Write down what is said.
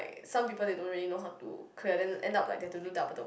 some people they don't really know how to clear then end up like they have to do double the